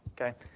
Okay